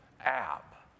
app